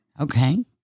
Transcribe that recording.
okay